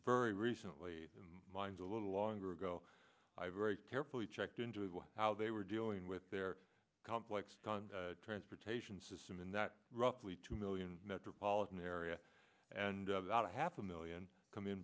very recently mine's a little longer ago i very carefully checked into how they were dealing with their complex transportation system in that roughly two million metropolitan area and about half a million come in